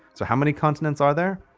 so how many continents are there?